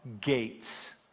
gates